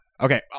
Okay